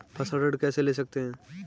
फसल ऋण कैसे ले सकते हैं?